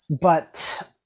but-